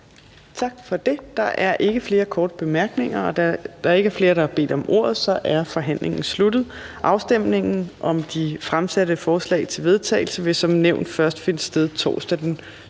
Tak for det. Der er ikke flere korte bemærkninger. Da der ikke er flere, der har bedt om ordet, er forhandlingen sluttet. Afstemningen om de fremsatte forslag til vedtagelse vil som nævnt først finde sted torsdag den